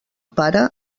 pare